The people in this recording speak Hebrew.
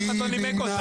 אף אחד לא נימק אותה.